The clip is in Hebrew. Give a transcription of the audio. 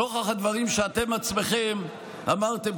נוכח הדברים שאתם עצמכם אמרתם,